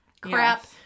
crap